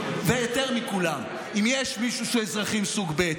ויותר מכולם, אם יש מי שהם אזרחים סוג ב',